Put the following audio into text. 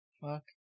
Fuck